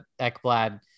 Ekblad